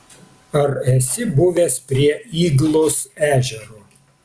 ar esi buvęs prie yglos ežero